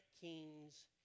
Kings